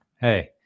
hey